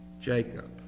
Jacob